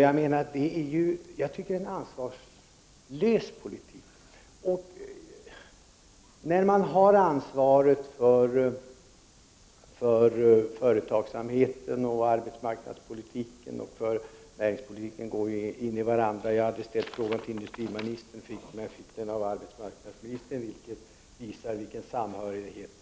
Jag tycker att detta utgör en ansvarslös politik. Man har alltså ansvar för företagsamhet, arbetsmarknadspolitik och näringsliv. Allt detta går in i varandra. Jag hade ställt frågan till industriministern, men fick svaret av arbetsmarknadsministern. Detta visar vilken samhörighet